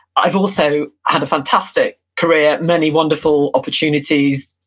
i've also had a fantastic career, many wonderful opportunities,